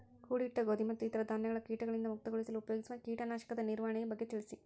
ಕೂಡಿಟ್ಟ ಗೋಧಿ ಮತ್ತು ಇತರ ಧಾನ್ಯಗಳ ಕೇಟಗಳಿಂದ ಮುಕ್ತಿಗೊಳಿಸಲು ಉಪಯೋಗಿಸುವ ಕೇಟನಾಶಕದ ನಿರ್ವಹಣೆಯ ಬಗ್ಗೆ ತಿಳಿಸಿ?